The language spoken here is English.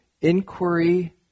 inquiry